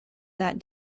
that